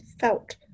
felt